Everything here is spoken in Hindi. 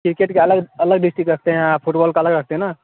क्रिकेट का अलग अलग डिस्ट्रिक रखते है आप फुटबॉल का अलग रखते ना